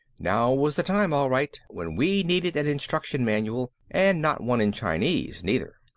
now was the time, all right, when we needed an instruction manual and not one in chinese neither!